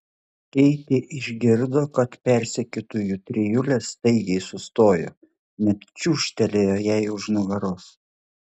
keitė išgirdo kad persekiotojų trijulė staigiai sustojo net čiūžtelėjo jai už nugaros